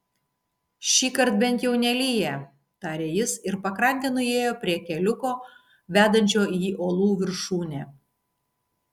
šįkart bent jau nelyja tarė jis ir pakrante nuėjo prie keliuko vedančio į uolų viršūnę